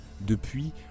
Depuis